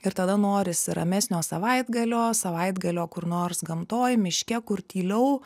ir tada norisi ramesnio savaitgalio savaitgalio kur nors gamtoj miške kur tyliau